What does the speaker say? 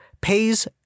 pays